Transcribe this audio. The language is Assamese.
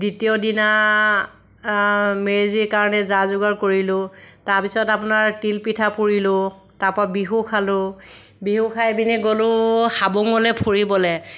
দ্বিতীয় দিনা মেজিৰ কাৰণে যা যোগাৰ কৰিলোঁ তাৰপিছত আপোনাৰ তিলপিঠা পুৰিলোঁ তাৰপা বিহু খালোঁ বিহু খাই পিনে গ'লোঁ হাবুঙলে ফুৰিবলে